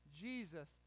Jesus